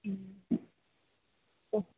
ம் சரி